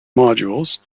modules